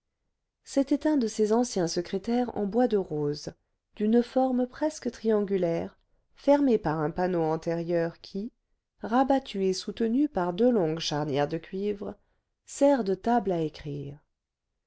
c'était un de ces anciens secrétaires en bois de rose d'une forme presque triangulaire fermé par un panneau antérieur qui rabattu et soutenu par deux longues charnières de cuivre sert de table à écrire